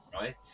right